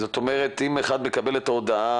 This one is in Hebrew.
זאת אומרת אם אחד מקבל את ההודעה,